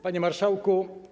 Panie Marszałku!